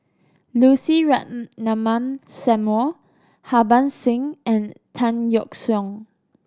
Lucy Ratnammah Samuel Harbans Singh and Tan Yeok Seong